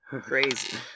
crazy